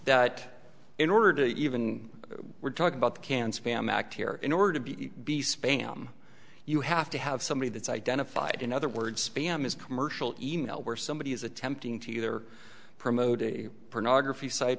that in order to even we're talking about the can spam act here in order to be be spam you have to have somebody that's identified in other words spam as commercial e mail where somebody is attempting to either promote a pornography site